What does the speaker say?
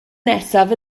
nesaf